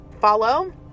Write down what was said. follow